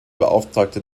beauftragte